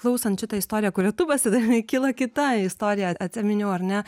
klausant šitą istoriją kuria tu pasidalinai kilo kita istorija atsiminiau ar ne